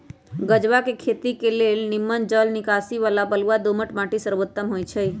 गञजा के खेती के लेल निम्मन जल निकासी बला बलुआ दोमट माटि सर्वोत्तम होइ छइ